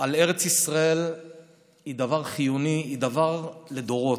על ארץ ישראל היא דבר חיוני, היא דבר לדורות.